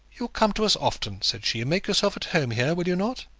you'll come to us often, said she, and make yourself at home here, will you not?